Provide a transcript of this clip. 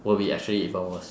will be actually even worse